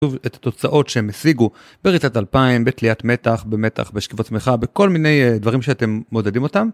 את התוצאות שהם השיגו בריצת אלפיים, בתליית מתח, במתח, בשכיבות שמיכה, בכל מיני דברים שאתם מודדים אותם.